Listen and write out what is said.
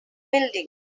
building